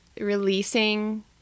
releasing